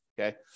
Okay